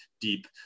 deep